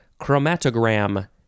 chromatogram